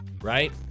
right